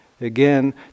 again